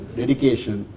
dedication